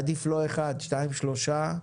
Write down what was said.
עדיף לא אחד שניים, שלושה.